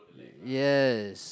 yes